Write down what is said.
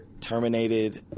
terminated